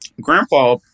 grandpa